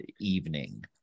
evening